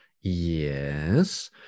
Yes